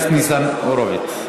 חבר הכנסת ניצן הורוביץ.